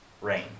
Rain